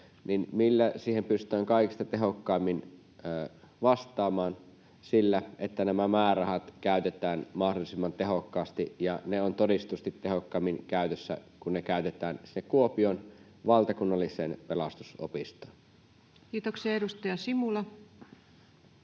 niin millä siihen pystytään kaikista tehokkaimmin vastaamaan? Sillä, että nämä määrärahat käytetään mahdollisimman tehokkaasti, ja ne ovat todistetusti tehokkaimmin käytössä, kun ne käytetään siihen Kuopion valtakunnalliseen pelastusopistoon. [Speech 86]